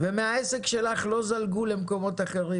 מהעסק שלך לא זלגו הכלים למקומות אחרים?